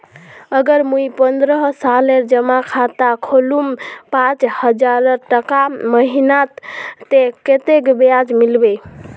अगर मुई पन्द्रोह सालेर जमा खाता खोलूम पाँच हजारटका महीना ते कतेक ब्याज मिलबे?